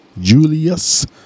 Julius